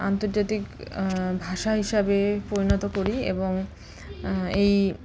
আন্তর্জাতিক ভাষা হিসাবে পরিণত করি এবং এই